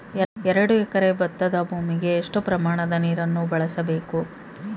ಎರಡು ಎಕರೆ ಭತ್ತದ ಭೂಮಿಗೆ ಎಷ್ಟು ಪ್ರಮಾಣದ ನೀರನ್ನು ಬಳಸಬೇಕು?